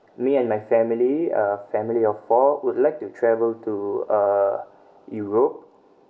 me and my family uh family of four would like to travel to uh europe